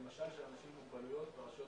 למשל של אנשים עם מוגבלויות ברשויות